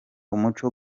umuco